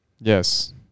Yes